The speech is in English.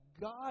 God